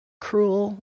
cruel